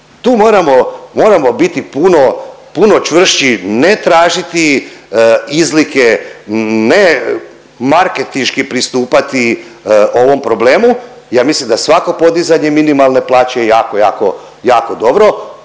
moramo biti puno, puno čvršći, ne tražiti izlike, ne marketinški pristupati ovom problemu. Ja mislim da svako podizanje minimalne plaće je jako, jako, jako dobro.